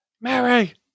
mary